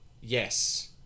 Yes